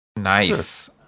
Nice